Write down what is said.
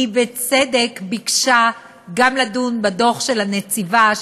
היא בצדק ביקשה גם לדון בדוח של הנציבה,